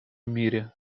мире